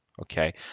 Okay